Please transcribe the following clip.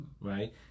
Right